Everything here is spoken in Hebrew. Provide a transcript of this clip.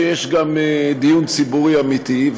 שיש גם דיון ציבורי אמיתי,